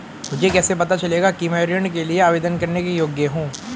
मुझे कैसे पता चलेगा कि मैं ऋण के लिए आवेदन करने के योग्य हूँ?